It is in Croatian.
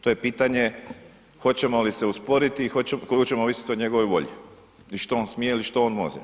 To je pitanje hoćemo li se usporiti i koliko ćemo ovisiti o njegovoj volji i što on smije ili što on može.